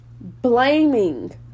blaming